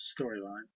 storyline